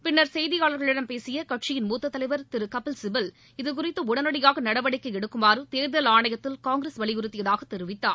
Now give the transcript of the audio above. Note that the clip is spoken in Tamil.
பின்னர் செய்தியாளர்களிடம் பேசிய கட்சியின் மூத்த தலைவர் திரு கபில்சிபல் இதுகுறித்து உடனடியாக நடவடிக்கை எடுக்குமாறு தேர்தல் ஆணையத்தில் காங்கிரஸ் வலியுறுத்தியதாக தெரிவித்தார்